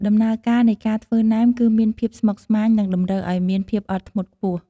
ដំណើរការនៃការធ្វើណែមគឺមានភាពស្មុគស្មាញ និងតម្រូវឱ្យមានភាពអត់ធ្មត់ខ្ពស់។